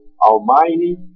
almighty